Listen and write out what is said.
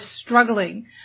struggling